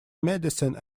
medicine